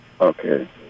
Okay